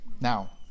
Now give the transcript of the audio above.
Now